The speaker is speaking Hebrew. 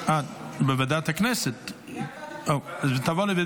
שתקבע ועדת הכנסת נתקבלה.